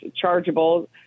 chargeable